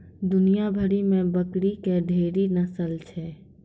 दुनिया भरि मे बकरी के ढेरी नस्ल छै